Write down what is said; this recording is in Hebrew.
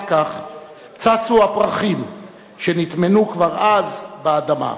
כך צצו הפרחים שנטמנו כבר אז באדמה.